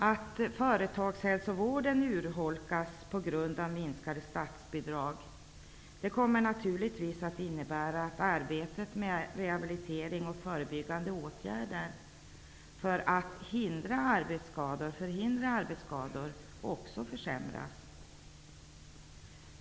Att företagshälsovården urholkas på grund av minskade statsbidrag, kommer naturligtvis att innebära att arbetet med rehabilitering och förebyggande åtgärder för att förhindra arbetsskador också försämras.